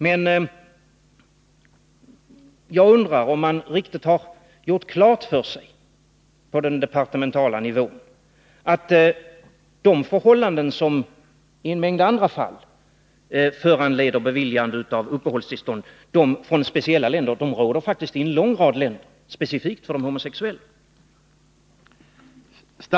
Men jag undrar om man på den departementala nivån har gjort riktigt klart för sig att de förhållanden som i en mängd andra fall föranleder beviljande av uppehållstillstånd är sådana som faktiskt råder i en lång rad länder specifikt för de homosexuella.